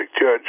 judge